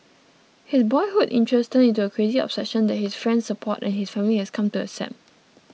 his boyhood interest turned into a crazy obsession that his friends support and his family has come to accept